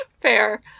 Fair